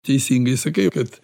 teisingai sakai kad